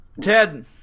Ted